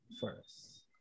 first